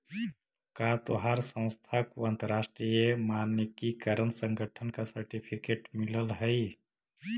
का तोहार संस्था को अंतरराष्ट्रीय मानकीकरण संगठन का सर्टिफिकेट मिलल हई